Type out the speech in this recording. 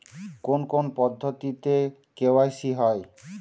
কোন কোন পদ্ধতিতে কে.ওয়াই.সি হয়?